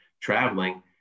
traveling